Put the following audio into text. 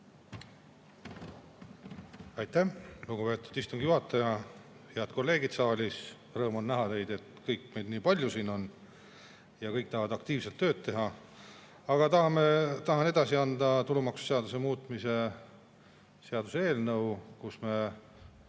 Aitäh, lugupeetud istungi juhataja! Head kolleegid saalis! Rõõm on näha, et meid nii palju siin on ja kõik tahavad aktiivselt tööd teha. Aga tahan üle anda tulumaksuseaduse muutmise seaduse eelnõu, kus me